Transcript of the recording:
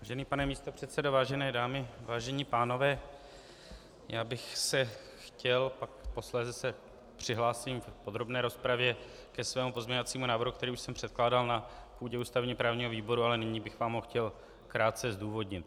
Vážený pane místopředsedo, vážené dámy, vážení pánové, já bych se chtěl a posléze se přihlásím v podrobné rozpravě ke svému pozměňovacímu návrhu, který už jsem předkládal na půdě ústavněprávního výboru, ale nyní bych vám ho chtěl krátce zdůvodnit.